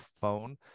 phone